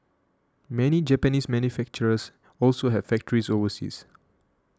many Japanese manufacturers also have factories overseas